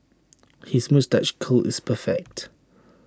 his moustache curl is perfect